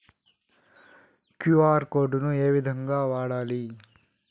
QR code ను ఏ విధంగా వాడాలి?